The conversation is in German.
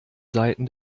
seiten